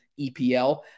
EPL